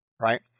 right